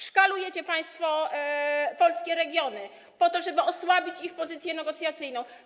Szkalujecie państwo polskie regiony po to, żeby osłabić ich pozycję negocjacyjną.